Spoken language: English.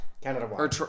Canada